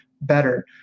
better